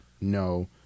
no